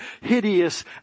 hideous